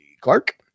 Clark